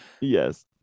Yes